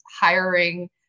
hiring